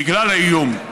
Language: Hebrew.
בגלל האיום,